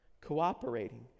cooperating